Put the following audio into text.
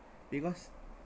because